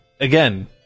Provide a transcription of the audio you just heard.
again